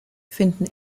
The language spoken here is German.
finden